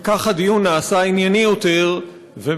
כי כך הדיון נעשה ענייני יותר ובאמת